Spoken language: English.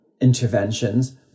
interventions